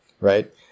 right